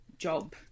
job